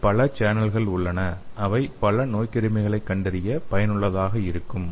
இதில் பல சேனல்கள் உள்ளன அவை பல நோய்க்கிருமிகளைக் கண்டறிய பயனுள்ளதாக இருக்கும்